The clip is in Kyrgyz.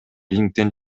рингден